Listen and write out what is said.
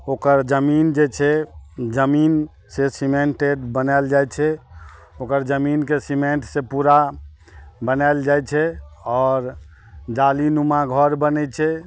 ओकर जमीन जे छै जमीन से सीमेंटेड बनाएल जाइ छै ओकर जमीनके सीमेंट से पूरा बनाएल जाय छै आओर जाली नुमा घर बनै छै